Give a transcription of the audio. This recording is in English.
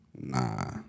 Nah